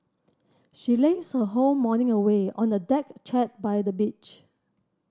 she lazed her whole morning away on a deck chair by the beach